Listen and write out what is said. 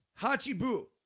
Hachibu